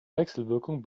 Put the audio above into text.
wechselwirkung